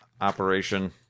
operation